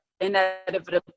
inevitably